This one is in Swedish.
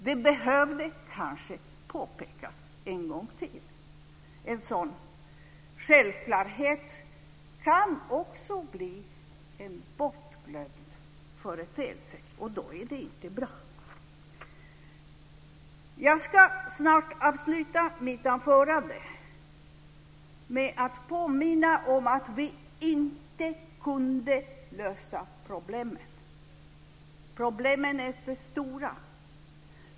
Det behövde kanske påpekas en gång till. En sådan självklarhet kan också bli en bortglömd företeelse. Då är det inte bra. Jag ska avsluta mitt anförande med att påminna om att vi inte kunde lösa problemen. Problemen är för stora.